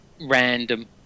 random